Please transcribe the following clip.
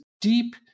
deep